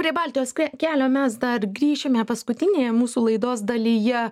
prie baltijos kelio mes dar grįšime paskutinėje mūsų laidos dalyje